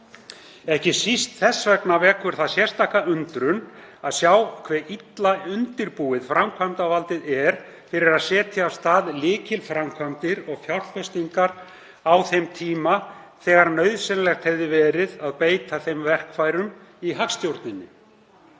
Ekki síst þess vegna vekur það sérstaka undrun að sjá hve illa undirbúið framkvæmdarvaldið er fyrir að setja af stað lykilframkvæmdir og fjárfestingar á þeim tíma þegar nauðsynlegt hefði verið að beita þeim verkfærum í hagstjórninni.